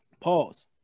pause